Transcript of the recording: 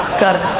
got it.